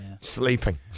sleeping